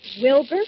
Wilbur